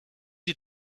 die